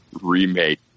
remake